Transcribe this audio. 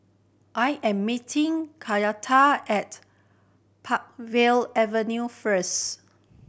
I am meeting Kenyatta at Peakville Avenue first